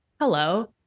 hello